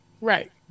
right